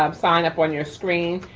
um sign up on your screen.